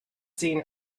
seen